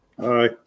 Hi